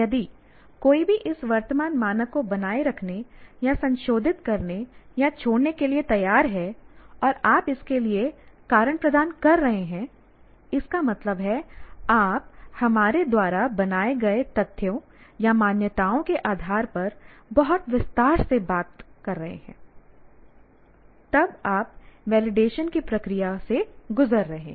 यदि कोई भी इस वर्तमान मानक को बनाए रखने या संशोधित करने या छोड़ने के लिए तैयार है और आप इसके लिए कारण प्रदान कर रहे हैं इसका मतलब है आप हमारे द्वारा बनाए गए तथ्यों या मान्यताओं के आधार पर बहुत विस्तार से बता रहे हैं तब आप वैलिडेशन की प्रक्रिया से गुजर रहे हैं